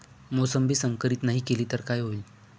मोसंबी संकरित नाही केली तर काय होईल?